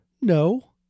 No